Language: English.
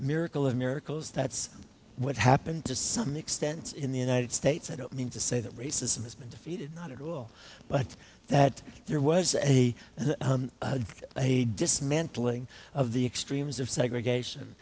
miracle of miracles that's what happened to some extent in the united states i don't mean to say that racism has been defeated not at all but that there was a a dismantling of the extremes of segregation